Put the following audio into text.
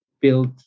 built